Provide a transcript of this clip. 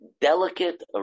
Delicate